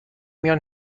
میان